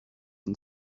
and